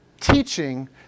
teaching